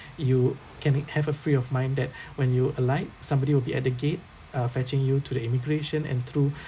you can have a free of mind that when you arrive somebody will be at the gate uh fetching you to the immigration and through